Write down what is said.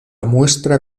muestra